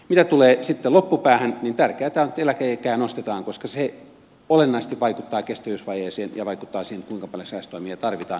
mitä tulee sitten loppupäähän niin tärkeätä on että eläkeikää nostetaan koska se olennaisesti vaikuttaa kestävyysvajeeseen ja vaikuttaa siihen kuinka paljon säästötoimia tarvitaan